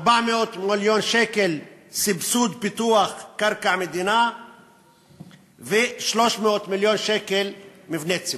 400 מיליון שקל סבסוד פיתוח קרקע מדינה ו-300 מיליון שקל מבני ציבור.